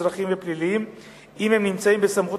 אזרחיים ופליליים אם הם נמצאים בסמכות